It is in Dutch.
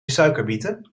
suikerbieten